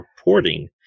reporting